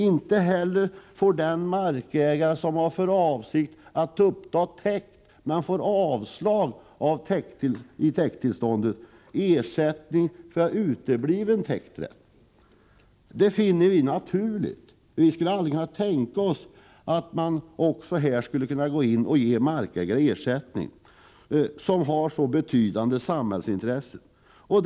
Inte heller får den markägare som har för avsikt att uppta täkt men som får avslag på ansökan om täkttillstånd ersättning för utebliven täkträtt. Vi finner detta synsätt vara naturligt. Vi skulle aldrig kunna tänka oss att man också i sådana fall där det gäller så betydande samhällsintressen skulle ge markägare ersättning.